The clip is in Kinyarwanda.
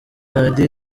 radiyo